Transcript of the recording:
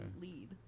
lead